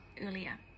earlier